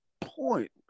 point